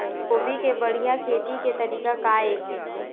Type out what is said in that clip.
गोभी के बढ़िया खेती के तरीका का हे?